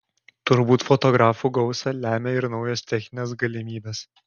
turbūt fotografų gausą lemia ir naujos techninės galimybės